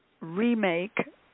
remake